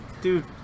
Dude